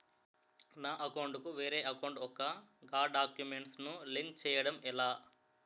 నా అకౌంట్ కు వేరే అకౌంట్ ఒక గడాక్యుమెంట్స్ ను లింక్ చేయడం ఎలా?